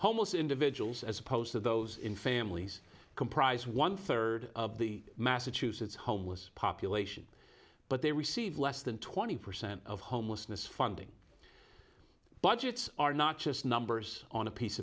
homeless individuals as opposed to those in families comprise one third of the massachusetts homeless population but they receive less than twenty percent of homelessness funding budgets are not just numbers on a piece